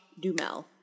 Dumel